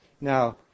Now